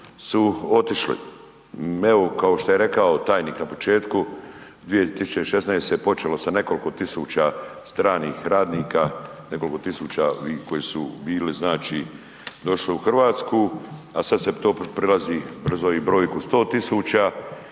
su otišli. Evo kao što je rekao tajnik na početku, 2016. se je počelo sa nekoliko tisuća stranih radnika, nekoliko tisuća koji su došli u Hrvatsku, a sada se to prelazi brzo i broju 100.000